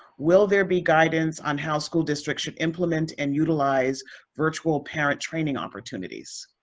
will there be guidance on how school districts should implement and utilize virtual parent training opportunities?